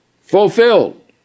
fulfilled